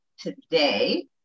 today